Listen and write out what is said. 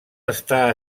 està